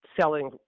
selling